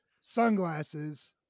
sunglasses